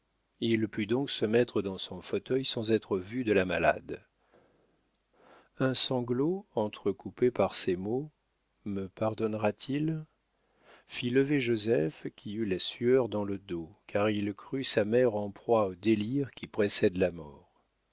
il put donc se mettre dans son fauteuil sans être vu de la malade un sanglot entrecoupé par ces mots me pardonnera t il fit lever joseph qui eut la sueur dans le dos car il crut sa mère en proie au délire qui précède la mort